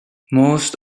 most